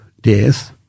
death